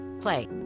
Play